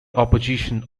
opposition